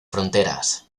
fronteras